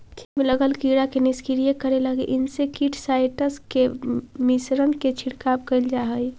खेत में लगल कीड़ा के निष्क्रिय करे लगी इंसेक्टिसाइट्स् के मिश्रण के छिड़काव कैल जा हई